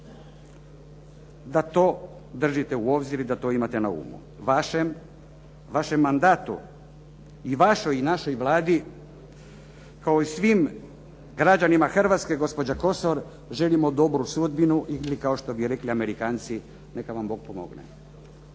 da to držite u obzir i da to imate na umu. Vašem mandatu i vašoj i našoj Vladi kao i svim drugim građanima Hrvatske gospođa Kosor želimo dobru sudbinu ili kao što bi rekli Amerikanci neka vam Bog pomogne.